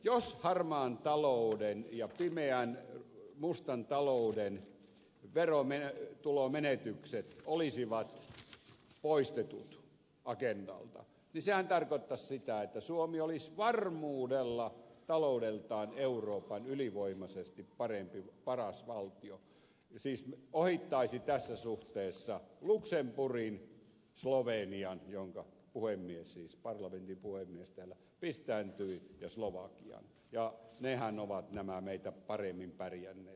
jos harmaan talouden ja pimeän mustan talouden verotulomenetykset olisivat poistetut agendalta niin sehän tarkoittaisi sitä että suomi olisi varmuudella taloudeltaan euroopan ylivoimaisesti paras valtio siis ohittaisi tässä suhteessa luxemburgin slovenian jonka parlamentin puhemies täällä pistäytyi ja slovakian ja nehän ovat nämä meitä paremmin pärjänneet valtiot eussa